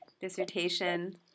dissertation